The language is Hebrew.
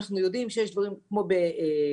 אנחנו יודעים שיש דברים כמו באורולוגיה